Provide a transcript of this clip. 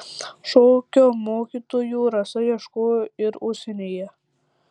šokio mokytojų rasa ieškojo ir užsienyje